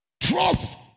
Trust